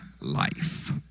life